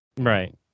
Right